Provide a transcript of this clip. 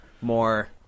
more